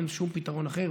אין שום פתרון אחר,